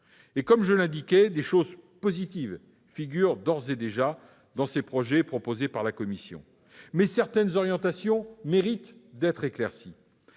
Comme je l'indiquais, des choses positives figurent d'ores et déjà dans les projets présentés par la Commission européenne, mais certaines orientations méritent d'être éclaircies.